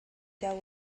there